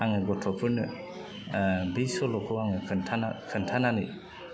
आङो गथ'फोरनो बि सल'खौ आङो खोन्थाना खोन्थानानै